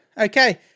Okay